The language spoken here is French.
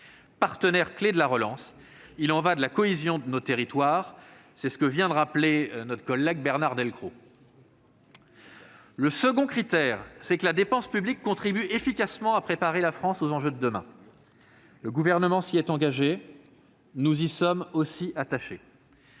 partenaires clés de la relance. Il y va de la cohésion de nos territoires, comme le soulignait à l'instant Bernard Delcros. Le second critère, c'est que la dépense publique contribue efficacement à préparer la France aux enjeux de demain. Le Gouvernement s'y est engagé. Nous y sommes aussi attachés.